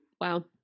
wow